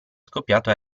scoppiato